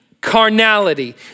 carnality